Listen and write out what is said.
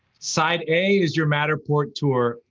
side a is your matterport tour,